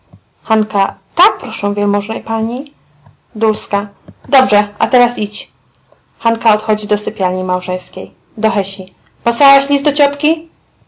tak proszę wielmożnej pani dobrze a teraz idź hanka odchodzi do sypialni małżeńskiej do hesi posłałaś list do ciotki